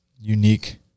unique